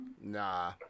Nah